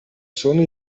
sono